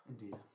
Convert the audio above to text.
Indeed